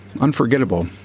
unforgettable